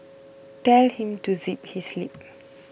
tell him to zip his lip